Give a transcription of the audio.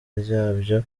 ryabyo